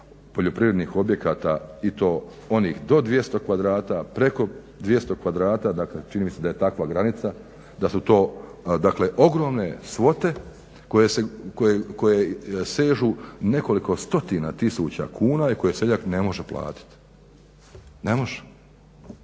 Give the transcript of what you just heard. poljoprivrednih objekata i to onih do 200 kvadrata preko 200 kvadrata, dakle čini mi se da je takva granica, da su to dakle ogromne svote koje sežu nekoliko stotina tisuća kuna i koje seljak ne može platiti, ne može.